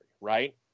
right